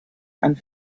and